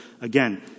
again